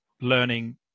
learning